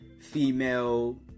female